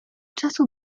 czasu